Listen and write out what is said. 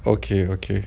okay okay